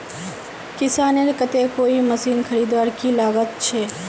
किसानेर केते कोई मशीन खरीदवार की लागत छे?